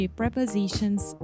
prepositions